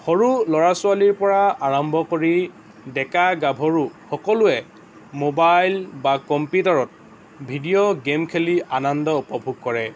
সৰু ল'ৰা ছোৱালীৰ পৰা আৰম্ভ কৰি ডেকা গাভৰু সকলোৱে মোবাইল বা কম্পিউটাৰত ভিডিঅ' গেম খেলি আনন্দ উপভোগ কৰে